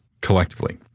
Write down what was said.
collectively